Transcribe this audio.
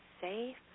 safe